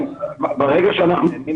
כן, ברגע שאנחנו יודעים